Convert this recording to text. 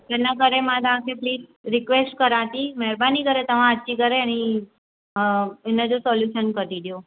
इनकरे मां तव्हांखे प्लीज रिक्वेस्ट करा थी महिरबानी करे तव्हां अची करे ई इनजो सोल्यूशन कढी ॾियो